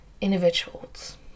individuals